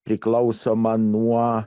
priklausoma nuo